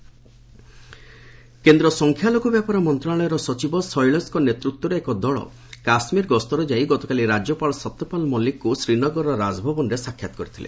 କେ କେ minority affair team କେନ୍ଦ୍ର ସଂଖ୍ୟାଲଘୁ ବ୍ୟାପାର ମନ୍ତ୍ରଣାଳୟର ସଚିବ ଶୈଳେଶଙ୍କ ନେତୃତ୍ୱରେ ଏକ ଦଳ କାଶ୍ୱୀର ଗସ୍ତରେ ଯାଇ ଗତକାଲି ରାଜ୍ୟପାଳ ସତ୍ୟପାଲ ମଲିକଙ୍କୁ ଶ୍ରୀନଗରର ରାଜଭବନରେ ସାକ୍ଷାତ କରିଥିଲେ